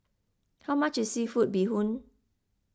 how much is Seafood Bee Hoon